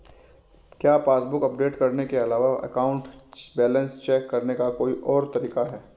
क्या passbook update करने के अलावा अकाउंट बैलेंस चेक करने का कोई और तरीका है?